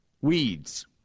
weeds